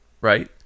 right